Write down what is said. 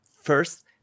first